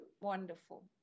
wonderful